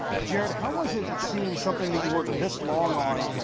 jared, how was it seeing something that you worked this long on,